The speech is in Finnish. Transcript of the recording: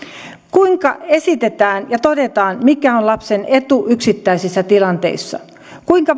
kuinka esitetään ja todetaan mikä on lapsen etu yksittäisissä tilanteissa kuinka